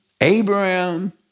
Abraham